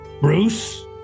Bruce